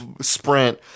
sprint